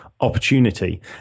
Opportunity